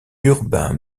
urbain